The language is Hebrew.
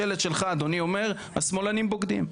השלט שלך אומר: השמאלנים בוגדים.